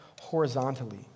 horizontally